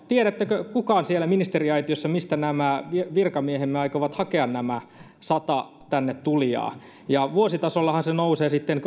tiedättekö kukaan siellä ministeriaitiossa mistä nämä virkamiehemme aikovat hakea nämä sata tänne tulijaa vuositasollahan se nousee sitten